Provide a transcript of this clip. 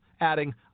Adding